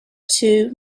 two